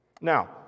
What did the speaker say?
Now